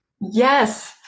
yes